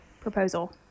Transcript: proposal